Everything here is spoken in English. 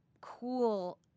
cool